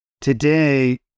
Today